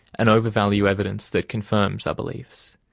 and over-value evidence that confirms our beliefs.